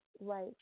Right